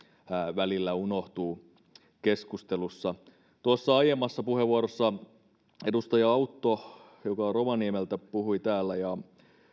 välillä unohtuu keskustelussa tuossa aiemmassa puheenvuorossa puhui edustaja autto joka on rovaniemeltä ja